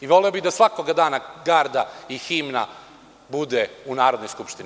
I voleo bih da svakoga dana garda i himna bude u Narodnoj skupštini.